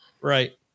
Right